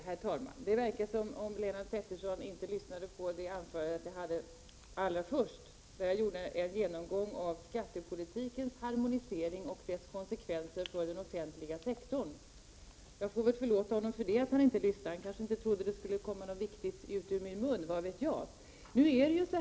Herr talman! Det verkar som om Lennart Pettersson inte lyssnade på mitt första anförande. Jag gjorde där en genomgång av skattepolitikens harmonisering och dess konsekvenser för den offentliga sektorn. Jag får väl förlåta honom för att han inte lyssnade; han kanske inte trodde att det skulle komma något viktigt ut ur min mun — vad vet jag?